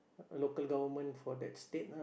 local government for that state ah